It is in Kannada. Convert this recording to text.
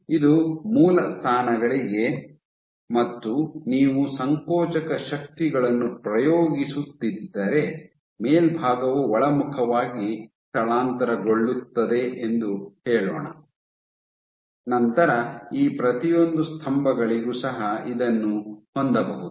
ಇದು ಮೂಲ ಸ್ಥಾನಗಳಿಗೆ ಮತ್ತು ನೀವು ಸಂಕೋಚಕ ಶಕ್ತಿಗಳನ್ನು ಪ್ರಯೋಗಿಸುತ್ತಿದ್ದರೆ ಮೇಲ್ಭಾಗವು ಒಳಮುಖವಾಗಿ ಸ್ಥಳಾಂತರಗೊಳ್ಳುತ್ತದೆ ಎಂದು ಹೇಳೋಣ ನಂತರ ಈ ಪ್ರತಿಯೊಂದು ಸ್ತಂಭಗಳಿಗೂ ಸಹ ಇದನ್ನು ಹೊಂದಬಹುದು